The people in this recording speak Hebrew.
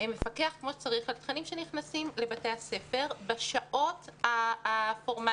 מפקח כמו שצריך על תכנים שנכנסים לבתי הספר בשעות הפורמליות.